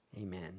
amen